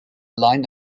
line